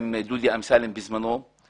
עת דודי אמסלם היה היושב